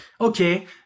okay